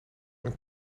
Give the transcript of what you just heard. een